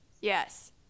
Yes